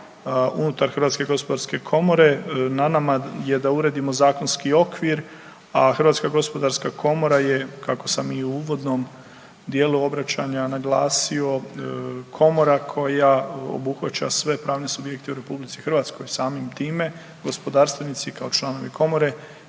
na proces izbora unutar HGK, na nama je da uredimo zakonski okvir, a HGK je kako sam i u uvodnom dijelu obraćanja naglasio, komora koja obuhvaća sve pravne subjekte u RH, samim time gospodarstvenici kao članovi komore